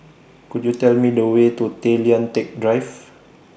Could YOU Tell Me The Way to Tay Lian Teck Drive